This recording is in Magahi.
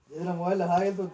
सरकारी मशीन से कार्ड छै?